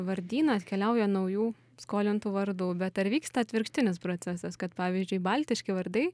vardyną atkeliauja naujų skolintų vardų bet ar vyksta atvirkštinis procesas kad pavyzdžiui baltiški vardai